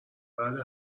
بعد